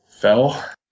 fell